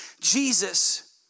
Jesus